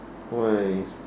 why